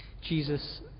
Jesus